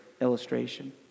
illustration